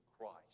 Christ